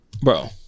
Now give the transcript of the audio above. Bro